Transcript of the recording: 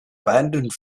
abandoned